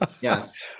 Yes